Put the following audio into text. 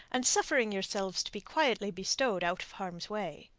and suffering yourselves to be quietly bestowed out of harm's way.